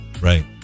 Right